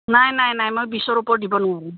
নাই নাই নাই মই বিছৰ ওপত দিব নোৱাৰিম